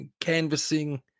canvassing